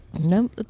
no